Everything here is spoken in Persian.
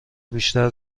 بیشتر